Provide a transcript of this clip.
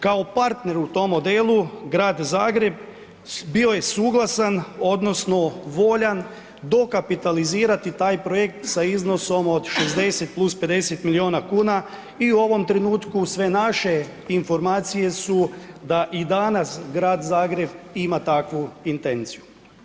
Kao partner u tom modelu, Grad Zagreb, bio je suglasan odnosno voljan dokapitalizirati taj projekt sa iznosom od 60+50 milijuna kuna i u ovom trenutku sve naše informacije su da i danas Grad Zagreb ima takvu intenciju.